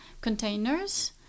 containers